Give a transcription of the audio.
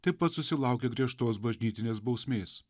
taip pat susilaukė griežtos bažnytinės bausmės